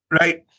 Right